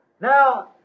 Now